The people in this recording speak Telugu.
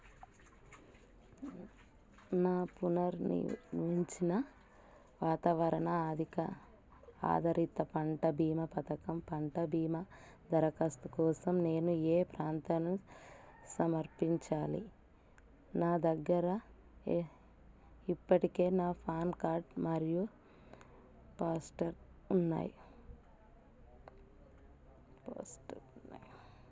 నా పునర్నిర్మించిన వాతావరణ ఆధిక ఆధారిత పంట భీమా పథకం పంట భీమా దరఖాస్తు కోసం నేను ఏ ప్రాంతంను సమర్పించాలి నా దగ్గర ఏ ఇప్పటికే నా పాన్ కార్డ్ మరియు పాస్టర్ ఉన్నాయి పాస్టర్